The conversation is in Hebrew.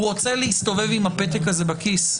הוא רוצה להסתובב עם הפתק הזה בכיס.